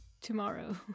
tomorrow